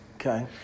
Okay